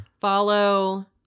follow